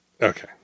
okay